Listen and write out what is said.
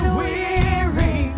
weary